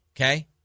Okay